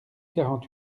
quarante